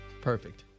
Perfect